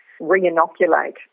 re-inoculate